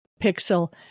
Pixel